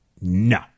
No